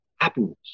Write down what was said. happiness